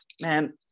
man